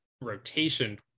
rotation